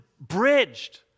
bridged